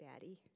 daddy